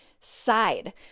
side